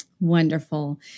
Wonderful